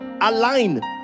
align